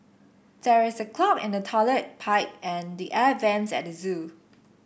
there is a clog in the toilet pipe and the air vents at the zoo